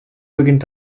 beginnt